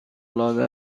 العاده